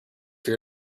fear